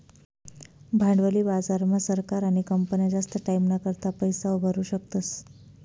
भांडवली बाजार मा सरकार आणि कंपन्या जास्त टाईमना करता पैसा उभारु शकतस